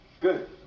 Good